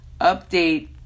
update